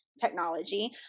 technology